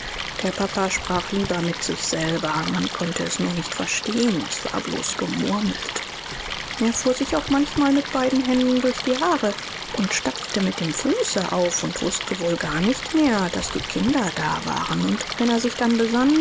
der papa sprach lieber mit sich selber man konnte es nur nicht verstehen es war bloß gemurmelt er fuhr sich auch manchmal mit beiden händen durch die haare und stampfte mit dem fuße auf und wußte wohl gar nicht mehr daß die kinder da waren und wenn er sich dann besann